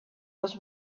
was